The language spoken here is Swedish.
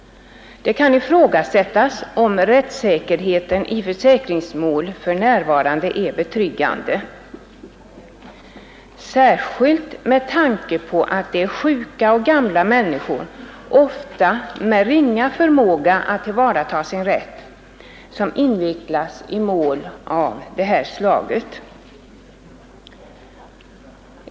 Det kan ifrågasättas om rättssäkerheten i försäkringsmål för närvarande är betryggande, särskilt med tanke på att det är sjuka och gamla människor, ofta med ringa förmåga att tillvarata sin rätt, som invecklas i mål av det här slaget.